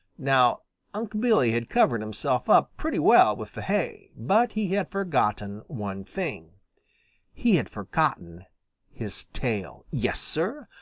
now unc' billy had covered himself up pretty well with the hay, but he had forgotten one thing he had forgotten his tail. yes, sir,